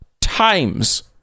times